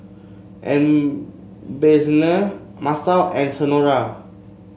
Ebenezer Masao and Senora